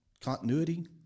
continuity